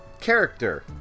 character